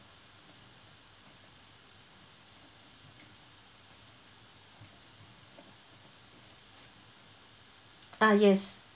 ah yes